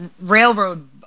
railroad